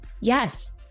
Yes